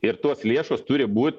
ir tos lėšos turi būt